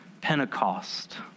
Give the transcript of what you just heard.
Pentecost